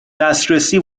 دسترسی